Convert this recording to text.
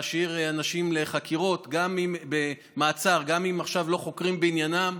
להשאיר אנשים במעצר גם אם עכשיו לא חוקרים בעניינם,